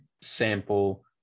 sample